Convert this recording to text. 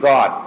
God